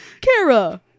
Kara